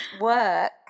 work